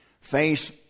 face